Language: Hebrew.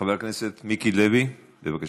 חבר הכנסת מיקי לוי, בבקשה.